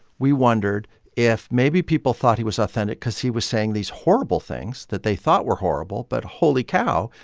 we wondered if maybe people thought he was authentic because he was saying these horrible things that they thought were horrible. but holy cow,